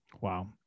Wow